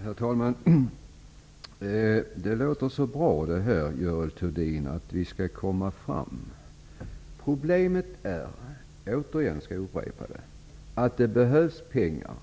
Herr talman! Det låter så bra, Görel Thurdin, att vi skall komma fram. Problemet är -- jag skall upprepa det igen -- att det behövs pengar.